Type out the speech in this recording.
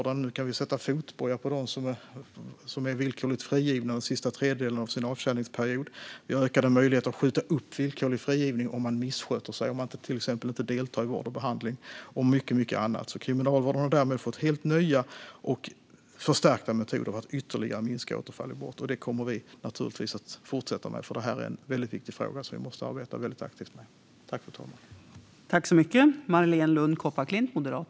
Det går att sätta fotboja på dem som är villkorligt frigivna den sista tredjedelen av sin avtjäningsperiod, och det finns ökade möjligheter att skjuta upp villkorlig frigivning om man missköter sig och till exempel inte deltar i vård och behandling. Därtill kommer mycket annat. Kriminalvården har därmed fått nya och förstärkta metoder för att ytterligare minska återfall i brott. Detta arbete kommer givetvis att fortsätta, för det här är en väldigt viktig fråga som vi måste arbeta mycket aktivt med.